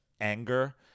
anger